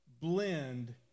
blend